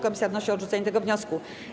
Komisja wnosi o odrzucenie tego wniosku.